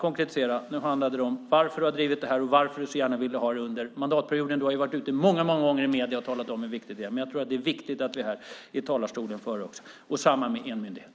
Konkret: Det handlar om varför du har drivit nämnda frågor och varför du så gärna ville ha ett genomförande under denna mandatperiod. Väldigt många gånger har du i medierna talat om hur viktigt det är. Men jag tror att det är viktigt att vi också här från talarstolen får höra det. Det gäller också detta med en enmyndighet.